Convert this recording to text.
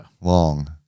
Long